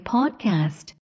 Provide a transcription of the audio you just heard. Podcast